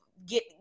get